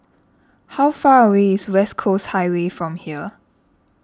how far away is West Coast Highway from here